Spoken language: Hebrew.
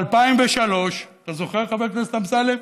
ב-2003, אתה זוכר, חבר הכנסת אמסלם?